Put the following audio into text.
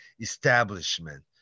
establishment